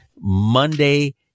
Monday